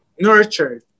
nurtured